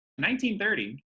1930